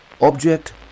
Object